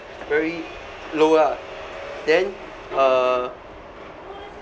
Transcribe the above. very low lah then uh